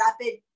rapid